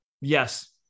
Yes